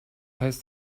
heißt